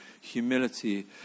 humility